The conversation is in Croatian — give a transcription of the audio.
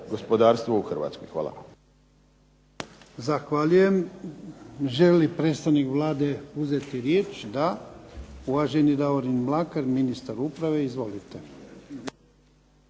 gospodarstvo u Hrvatskoj. Hvala.